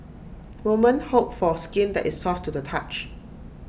women hope for skin that is soft to the touch